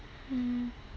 mm